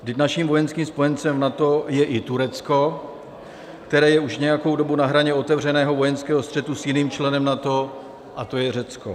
Vždyť naším vojenským spojencem v NATO je i Turecko, které je už nějakou dobu na hraně otevřeného vojenského střetu s jiným členem NATO, a to je Řecko.